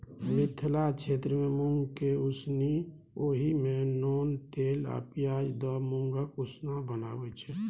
मिथिला क्षेत्रमे मुँगकेँ उसनि ओहि मे नोन तेल आ पियाज दए मुँगक उसना बनाबै छै